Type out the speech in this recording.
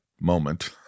moment